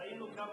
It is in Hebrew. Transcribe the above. ראינו כמה